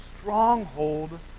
stronghold